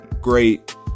great